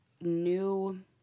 new